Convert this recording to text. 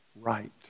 right